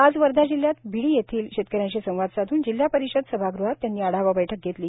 आज वर्धा जिल्ह्यात भिडी येथील शेतक यांशी संवाद साध्न जिल्हा परिषद सभागृहात त्यांनी आ ावा बैठक घेतली